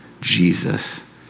Jesus